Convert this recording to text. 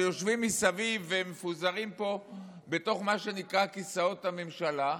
שיושבים מסביב ומפוזרים פה בתוך מה שנקרא "כיסאות הממשלה",